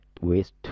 waste